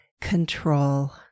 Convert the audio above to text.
control